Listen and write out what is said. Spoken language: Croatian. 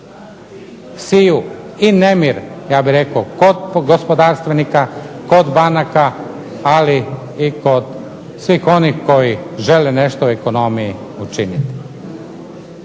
siju i nemir ja bih rekao kod gospodarstvenika, kod banaka, ali i kod svih onih koji žele nešto u ekonomiji učiniti.